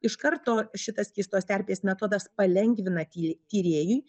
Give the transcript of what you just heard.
iš karto šitas skystos terpės metodas palengvina tyrė tyrėjui